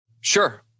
Sure